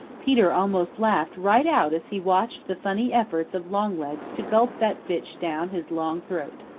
peter almost laughed right out as he watched the funny efforts of longlegs to gulp that fish down his long throat.